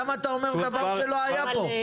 למה אתה אומר דבר שלא פה?